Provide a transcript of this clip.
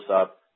up